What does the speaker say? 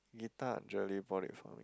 bought it for me